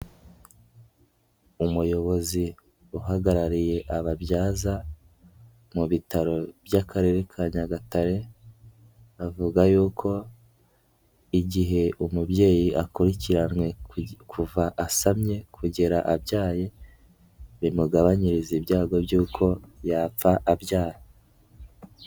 Umuyobozi uhagarariye ababyaza mu bitaro by'Akarere ka Nyagatare avuga yuko igihe umubyeyi akurikiranywe kuva asamye kugera abyaye bimugabanyiriza ibyago by'uko yapfa abyara.